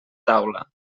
taula